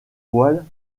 voile